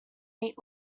meat